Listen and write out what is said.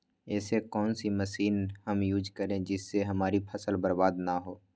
ऐसी कौन सी मशीन हम यूज करें जिससे हमारी फसल बर्बाद ना हो?